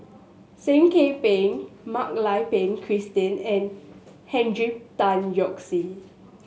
Seah Kian Peng Mak Lai Peng Christine and Tan Yoke See